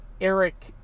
Eric